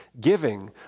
giving